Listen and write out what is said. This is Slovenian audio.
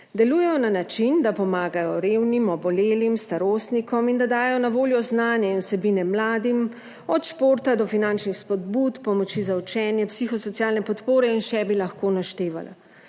Delujejo na način, da pomagajo revnim, obolelim, starostnikom, in da dajo na voljo znanje in vsebine mladim, od športa do finančnih spodbud, pomoči za učenje, psihosocialne podpore in še bi lahko naštevala.